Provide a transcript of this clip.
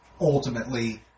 ultimately